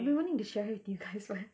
I've been wanting to share with you guys one